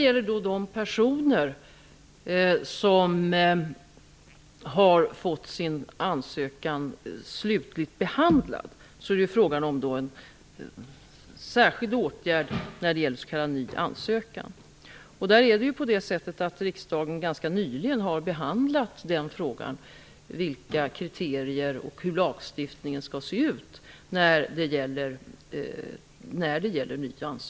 För de personer som har fått sin ansökan slutligt behandlad är det fråga om en särskild åtgärd när det gäller s.k. ny ansökan. När det gäller ny ansökan har riksdagen ganska nyligen behandlat frågan om vilka kriterier som skall gälla och hur lagstiftningen skall utformas.